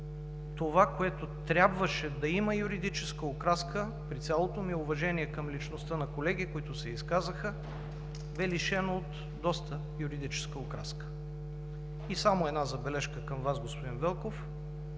това, което трябваше да има юридическа окраска, при цялото ми уважение към личността на колеги, които се изказаха, бе лишено от доста юридическа окраска. И само една забележка към Вас, господин Велков,